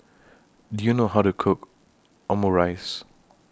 Do YOU know How to Cook Omurice